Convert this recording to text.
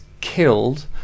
killed